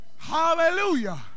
Hallelujah